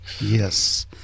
yes